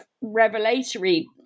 revelatory